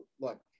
look